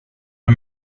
det